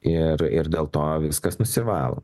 ir ir dėl to viskas nusivalo